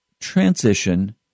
transition